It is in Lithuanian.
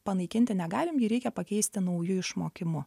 panaikinti negalim jį reikia pakeisti nauju išmokimu